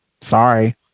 sorry